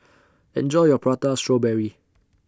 Enjoy your Prata Strawberry